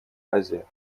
азия